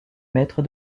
maître